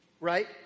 Right